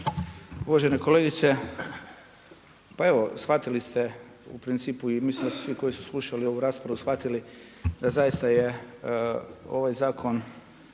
Uvažena kolegice, pa evo shvatili ste u principu i mislim da su svi koji su slušali ovu raspravu shvatili da zaista je ovaj zakon